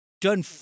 done